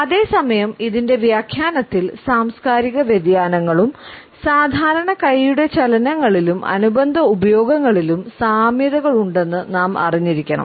അതേസമയം ഇതിൻറെ വ്യാഖ്യാനത്തിൽ സാംസ്കാരിക വ്യതിയാനങ്ങളും സാധാരണ കൈയുടെ ചലനങ്ങളിലും അനുബന്ധ ഉപയോഗങ്ങളിലും സാമ്യതകൾ ഉണ്ടെന്ന് നാം അറിഞ്ഞിരിക്കണം